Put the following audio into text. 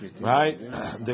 Right